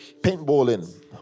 Paintballing